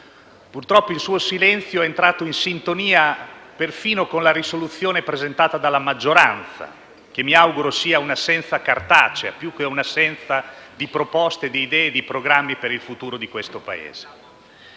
Purtroppo, il suo silenzio è entrato in sintonia perfino con la risoluzione presentata dalla maggioranza, che mi auguro sia un'assenza cartacea, più che un'assenza di proposte, di idee e di programmi per il futuro di questo Paese.